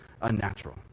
unnatural